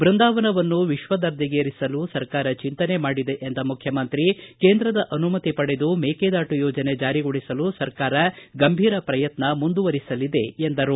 ಬೃಂದಾವನವನ್ನು ವಿಶ್ವದರ್ಜೆಗೇರಿಸಲು ಸರ್ಕಾರ ಚಿಂತನೆ ಮಾಡಿದೆ ಎಂದ ಮುಖ್ಯಮಂತ್ರಿ ಕೇಂದ್ರದ ಅನುಮತಿ ಪಡೆದು ಮೇಕೆದಾಟು ಯೋಜನೆ ಜಾರಿಗೊಳಿಸಲು ಸರ್ಕಾರದ ಗಂಭೀರ ಪ್ರಯತ್ನ ಮುಂದುವರೆಸಲಾಗುವುದು ಎಂದರು